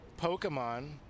Pokemon